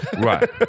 right